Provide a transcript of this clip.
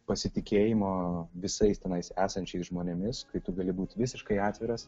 pasitikėjimo visais tenais esančiais žmonėmis kai tu gali būti visiškai atviras